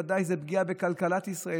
זה בוודאי פגיעה בכלכלת ישראל,